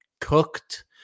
cooked